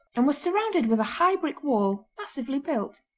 and was surrounded with a high brick wall massively built.